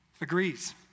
agrees